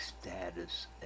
status